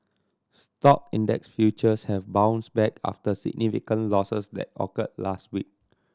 stock index futures have bounced back after significant losses that occurred last week